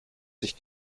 sich